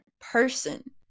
person